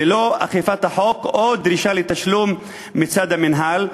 ללא אכיפת החוק או דרישה לתשלום מצד המינהל,